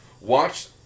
Watch